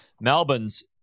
Melbourne's